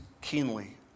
keenly